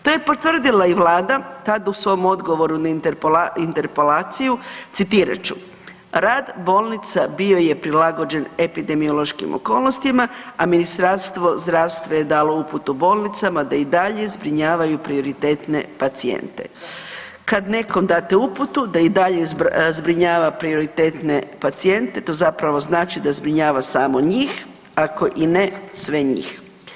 To je potvrdila Vlada tad u svom odgovoru na interpelaciju, citirat ću: „Rad bolnica bio je prilagođen epidemiološkim okolnostima, a Ministarstvo zdravstva je dalo uputu bolnicama da i dalje zbrinjavanju prioritetne pacijente.“ Kad nekom date uputu da i dalje zbrinjava prioritetne pacijente, to zapravo znači da zbrinjava samo njih ako i ne sve njih.